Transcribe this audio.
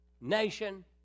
nation